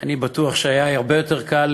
שאני בטוח שהיה יותר קל,